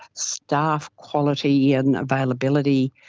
staff quality and availability,